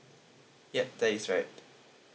ya that is right